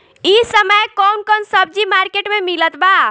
इह समय कउन कउन सब्जी मर्केट में मिलत बा?